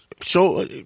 show